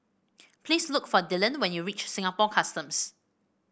please look for Dillan when you reach Singapore Customs